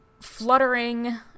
fluttering